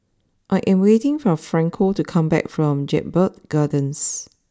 I am waiting for Franco to come back from Jedburgh Gardens